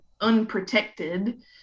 unprotected